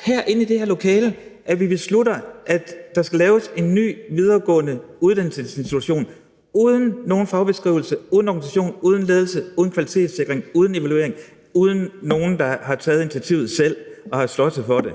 herinde i det her lokale beslutter, at der skal laves en ny videregående uddannelsesinstitution uden nogen fagbeskrivelse, uden organisation, uden ledelse, uden kvalitetssikring, uden evaluering, uden at nogen selv har taget initiativet og har måttet slås for det.